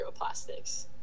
microplastics